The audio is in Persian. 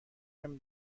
نمی